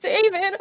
David